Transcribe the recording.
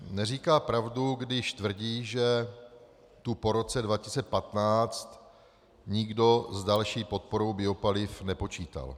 Neříká pravdu, když tvrdí, že tu po roce 2015 nikdo s další podporou biopaliv nepočítal.